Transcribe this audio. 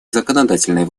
законодательной